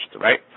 right